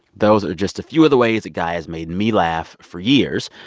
those are just a few of the ways that guy has made me laugh for years,